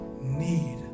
need